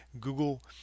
Google